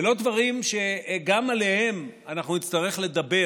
ולא דברים שגם עליהם אנחנו נצטרך לדבר